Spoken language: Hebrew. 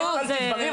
שיתנצל על הדברים.